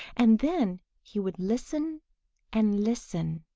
and then he would listen and listen.